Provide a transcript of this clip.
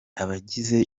abagize